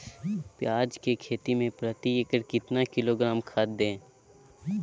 प्याज की खेती में प्रति एकड़ कितना किलोग्राम खाद दे?